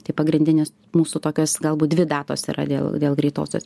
tai pagrindinis mūsų tokios galbūt dvi datos yra dėl dėl greitosios